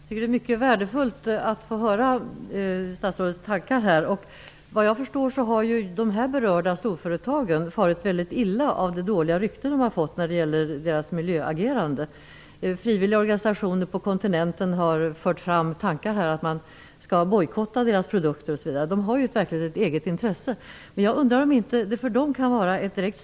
Fru talman! Det är mycket värdefullt att få höra vad statsrådet tänker. Vad jag förstår har de berörda storföretagen farit illa av de dåliga rykten de har fått på grund av deras miljöagerande. Frivilliga organisationer på kontinenten har fört fram förslag om att bojkotta företagsprodukter osv. Företagen har ett intresse i dessa frågor. Miljödepartementet har ju det huvudsakliga ansvaret.